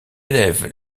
élève